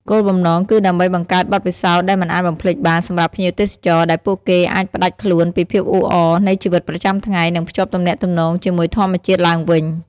គោលបំណងគឺដើម្បីបង្កើតបទពិសោធន៍ដែលមិនអាចបំភ្លេចបានសម្រាប់ភ្ញៀវទេសចរ ដែលពួកគេអាចផ្តាច់ខ្លួនពីភាពអ៊ូអរនៃជីវិតប្រចាំថ្ងៃ និងភ្ជាប់ទំនាក់ទំនងជាមួយធម្មជាតិឡើងវិញ។